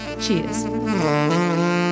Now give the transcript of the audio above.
Cheers